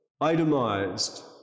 itemized